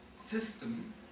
system